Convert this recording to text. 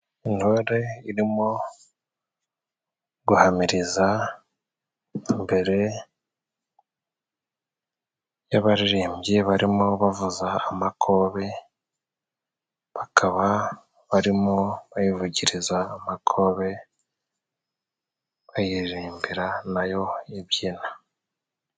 Intore irimo guhamiriza imbere y'abaririmbyi barimo bavuza amakobe bakaba barimo bayivugiriza amakobe bayiririmbira nayo ibyina.